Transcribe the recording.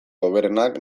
hoberenak